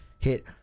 hit